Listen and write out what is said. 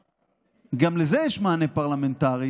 גם לזה יש מענה פרלמנטרי,